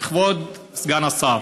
כבוד סגן השר,